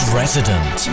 resident